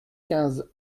quinze